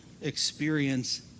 experience